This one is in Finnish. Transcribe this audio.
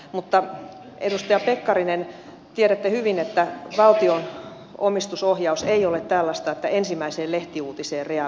mutta edustaja pekkarinen tiedätte hyvin että valtion omistusohjaus ei ole tällaista että ensimmäiseen lehtiuutiseen reagoidaan